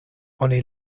oni